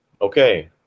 Okay